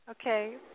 okay